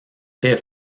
est